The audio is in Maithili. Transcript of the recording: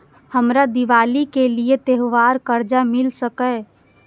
हमरा दिवाली के लिये त्योहार कर्जा मिल सकय?